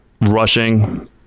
rushing